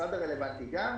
המשרד הרלוונטי גם,